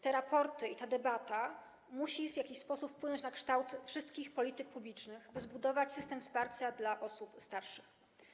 Te raporty i ta debata muszą w jakiś sposób wpłynąć na kształt wszystkich polityk publicznych, by zbudować system wsparcia dla osób starszych.